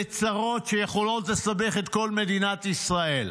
לצרות שיכולות לסבך את כל מדינת ישראל.